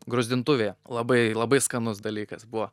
gruzdintuvėje labai labai skanus dalykas buvo